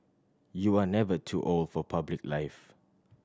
you are never too old for public life